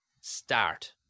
start